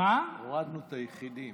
חצי נחמה.